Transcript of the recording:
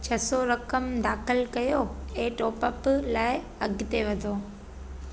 छह सौ रक़म दाख़िल कयो ऐं टॉप अप लाइ अॻिते वधो